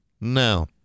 No